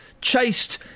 chased